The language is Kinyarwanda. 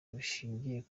bushingiye